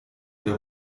der